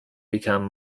become